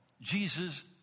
Jesus